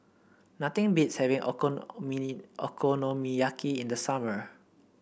nothing beats having Okonomiyaki in the summer